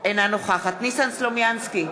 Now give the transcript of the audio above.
אינה נוכחת ניסן סלומינסקי,